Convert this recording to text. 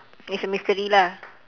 it's a mystery lah